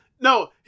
No